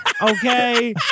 Okay